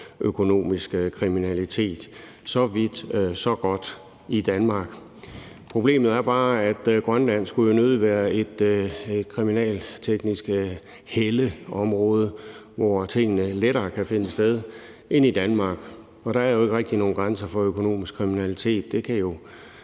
økonomisk kriminalitet. Så vidt, så godt i Danmark. Problemet er bare, at Grønland jo nødig skulle være et kriminalteknisk helleområde, hvor tingene lettere kan finde sted end i Danmark. Der er jo ikke rigtig nogen grænser for økonomisk kriminalitet;